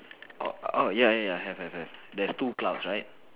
orh oh ya ya ya ya have have have there's two clouds right